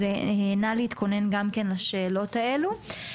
אז נא להתכונן לשאלות האלה.